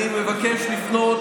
אני מבקש לפנות